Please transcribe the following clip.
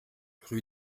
rue